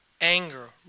anger